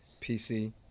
PC